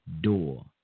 door